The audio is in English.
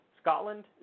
Scotland